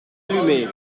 allumée